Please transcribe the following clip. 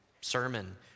sermon